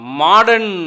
modern